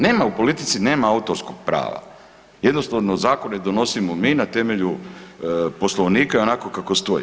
Nema u politici nema autorskog prava, jednostavno zakone donosimo mi na temelju Poslovnika i onako kako stoji.